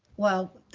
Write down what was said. well,